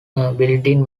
building